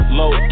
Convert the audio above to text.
low